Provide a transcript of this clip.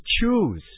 choose